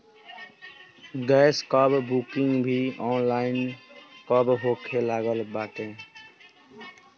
gas कअ booking भी online अब होखे लागल बाटे